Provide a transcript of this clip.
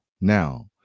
Now